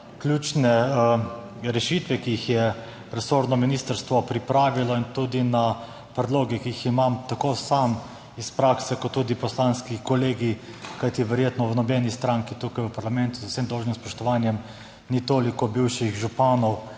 na ključne rešitve, ki jih je resorno ministrstvo pripravilo, in tudi na predloge, ki jih imamo tako sam iz prakse kot tudi poslanski kolegi. Kajti verjetno v nobeni stranki tukaj v parlamentu, z vsem dolžnim spoštovanjem, ni toliko bivših županov